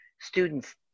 students